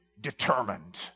determined